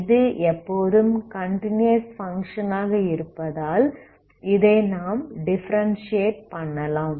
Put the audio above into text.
இது எப்போதும் continuous function ஆக இருப்பதால் இதை நாம் டிஃபரென்ஸியேட் பண்ணலாம்